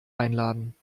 einladen